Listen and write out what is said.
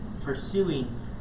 pursuing